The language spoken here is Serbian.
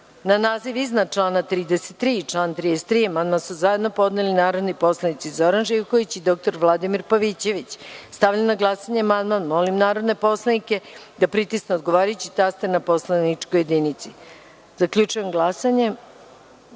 amandman. Na član 37. amandman su zajedno podneli narodni poslanici Zoran Živković i dr Vladimir Pavićević. Stavljam na glasanje amandman. Molim narodne poslanike da pritisnu odgovarajući taster na poslaničkoj jedinici. Zaključujem glasanje